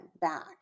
back